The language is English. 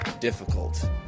difficult